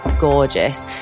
gorgeous